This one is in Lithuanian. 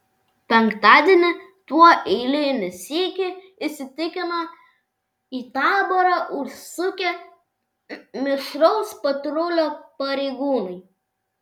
penktadienį tuo eilinį sykį įsitikino į taborą užsukę mišraus patrulio pareigūnai